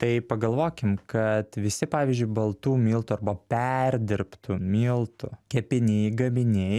tai pagalvokim kad visi pavyzdžiui baltų miltų arba perdirbtų miltų kepiniai gaminiai